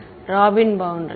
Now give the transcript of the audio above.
மாணவர் Robin boundary